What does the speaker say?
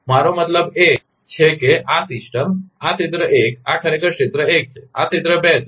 મારો મતલબ એ છે કે આ સિસ્ટમ આ ક્ષેત્ર એક આ ખરેખર ક્ષેત્ર એક છે આ ક્ષેત્ર બે છે